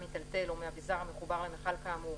מיטלטל או מאבזר המחובר למכל כאמור,